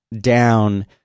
down